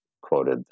quoted